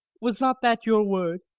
was not that your word?